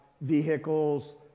vehicles